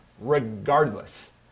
regardless